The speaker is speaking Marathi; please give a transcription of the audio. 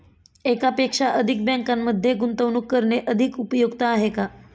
एकापेक्षा अधिक बँकांमध्ये गुंतवणूक करणे अधिक उपयुक्त आहे का?